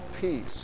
peace